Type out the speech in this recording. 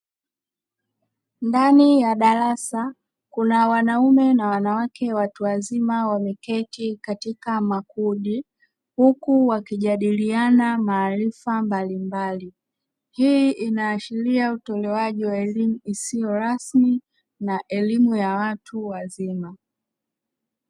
Ndani ya darasa kuna wanaume na wanawake watu wazima wameketi katika makundi, huku wakijadiliana maarifa mbalimbali hii inaashiria utolewaji wa elimu isiyo rasmi na elimu ya watu wazima.